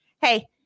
Hey